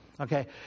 Okay